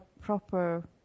proper